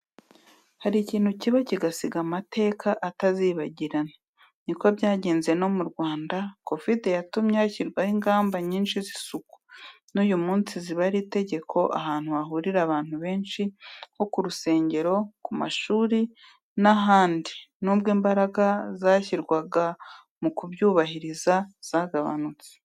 Hari ikintu kiba kigasiga amateka atazibagirana, niko byagenze no mu Rwanda, kovide yatumye hashyirwaho ingamba nyinshi z'isuku, n'uyu munsi ziba ari itegeko ahantu hahurira abantu benshi nko ku rusengero, ku mashuri n'ahandi n'ubwo imbaraga zashyirwaga mu kubyubahiriza zagabanutse.